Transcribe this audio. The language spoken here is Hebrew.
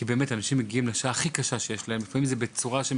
אנשים מגיעים בשעה הכי קשה שלהם ולפעמים זה בצורה שהם